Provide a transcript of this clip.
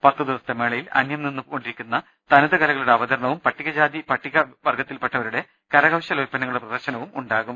പത്ത് ദിവസത്തെ മേളയിൽ അനൃം നിന്നുകൊണ്ടിരി ക്കുന്ന തനതു കലകളുടെ അവതരണവും പട്ടിക ജാതി പട്ടിക വർഗ ത്തിൽപ്പെട്ടവരുടെ കരകൌശല ഉൽപ്പന്നങ്ങളുടെ പ്രദർശനവുമുണ്ടാ കും